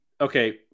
okay